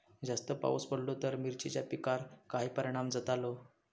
जास्त पाऊस पडलो तर मिरचीच्या पिकार काय परणाम जतालो?